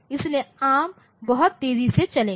इसलिए एआरएम बहुत तेजी से चलेगा